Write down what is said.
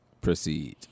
proceed